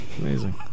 amazing